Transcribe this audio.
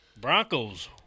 Broncos